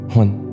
one